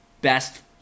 best